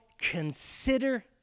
consider